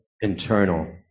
internal